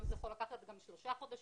היום זה יכול לקחת גם שלושה חודשים.